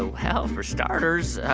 well, for starters,